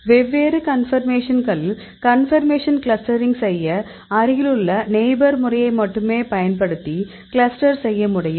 வெவ்வேறு கன்பர்மேஷன்களில் conformation clustering செய்ய அருகிலுள்ள நெய்பர் முறையைப் மட்டுமே பயன்படுத்தி கிளஸ்டர் செய்ய முடியும்